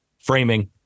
framing